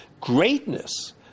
greatness